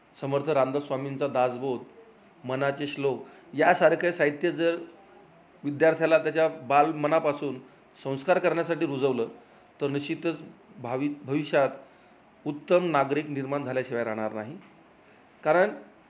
समर्थ रामदासस्वामींचा दासबोध मनाचे श्लोक यासारखे साहित्य जर विद्यार्थ्याला त्याच्या बाल मनापासून संस्कार करण्यासाठी रुजवलं तर निश्चितच भावी भविष्यात उत्तम नागरिक निर्माण झाल्याशिवाय राहणार नाही कारण